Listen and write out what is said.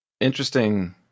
interesting